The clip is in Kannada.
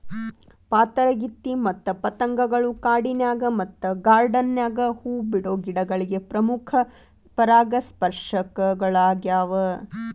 ಪಾತರಗಿತ್ತಿ ಮತ್ತ ಪತಂಗಗಳು ಕಾಡಿನ್ಯಾಗ ಮತ್ತ ಗಾರ್ಡಾನ್ ನ್ಯಾಗ ಹೂ ಬಿಡೋ ಗಿಡಗಳಿಗೆ ಪ್ರಮುಖ ಪರಾಗಸ್ಪರ್ಶಕಗಳ್ಯಾವ